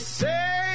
say